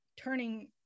turning